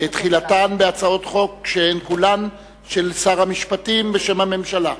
כי תורו הגיע לתפוס את מקומו כאן וגם לאפשר לי לנוח.